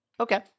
Okay